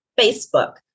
facebook